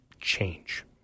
change